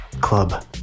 Club